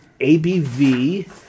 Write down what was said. ABV